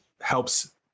helps